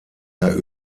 der